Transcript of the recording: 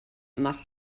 must